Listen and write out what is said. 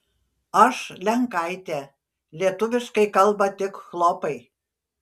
aš lenkaitė lietuviškai kalba tik chlopai